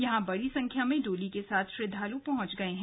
यहां बड़ी संख्या में डोली के साथ श्रद्वालु पहुंच गये हैं